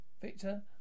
Victor